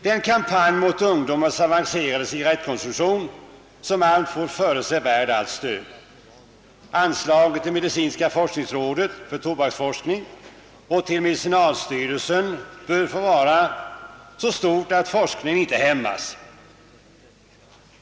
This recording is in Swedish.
Den kampanj mot ungdomens avancerade cigarrettkonsumtion som alltfort förs är värd allt stöd. Anslagen till medicinska forskningsrådet för tobaksforskning och till medicinalstyrelsen bör vara så stora att forskningen på detta område inte hämmas.